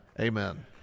Amen